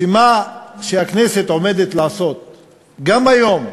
שמה שהכנסת עומדת לעשות גם היום,